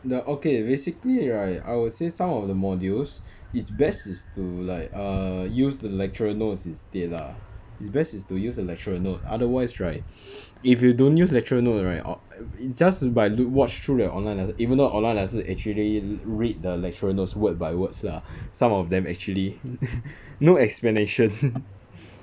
the okay basically right I will say some of the modules is best is to like err use the lecturer notes instead lah is best is to use a lecturer note otherwise right if you don't use lecturer note right or i~ just by loo~ watch through the online lesson even though online lesson actually read the lecturer notes word by words lah some of them actually no explanation